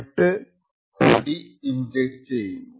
പക്ഷേ ഈ എൻക്രിപ്ഷനിൽ അറ്റാക്കർ ഒരു ഫോൾട്ട് കൂടി ഇൻജെക്ട് ചെയ്യുന്നു